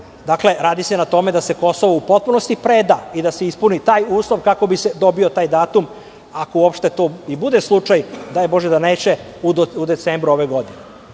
planu, radi se na tome da se Kosovo u potpunosti preda i da se ispuni taj uslov kako bi se dobio taj datum, ako to uopšte bude slučaj. Daj bože da neće u decembru ove godine. Kada